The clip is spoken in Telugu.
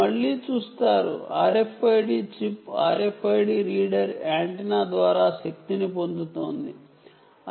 RFID chip RFID reader antenna ద్వారా శక్తిని పొందుతోంది అని మీరు మళ్ళీ చూస్తారు